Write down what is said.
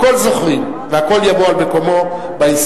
הכול זוכרים, והכול יבוא על מקומו בהיסטוריה.